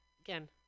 Again